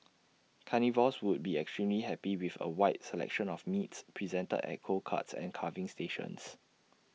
carnivores would be extremely happy with A wide selection of meats presented at cold cuts and carving stations